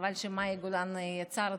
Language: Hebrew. חבל שמאי גולן יצאה, אה, את פה.